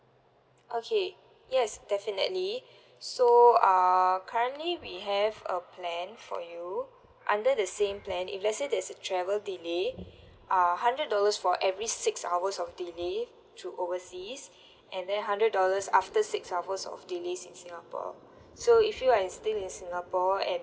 okay yes definitely so uh currently we have a plan for you under the same plan if let's say there's a travel delay uh hundred dollars for every six hours of delay to overseas and then hundred dollars after six hours of delays in singapore so if you are still in singapore and